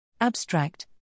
Abstract